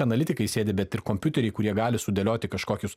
analitikai sėdi bet ir kompiuteriai kurie gali sudėlioti kažkokius